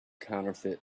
counterfeit